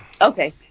Okay